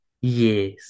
Yes